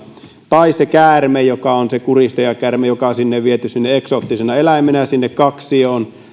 tai sillä käärmeellä sillä kuristajakäärmeellä joka on viety eksoottisena eläimenä sinne kaksioon